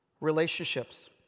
relationships